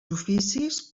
oficis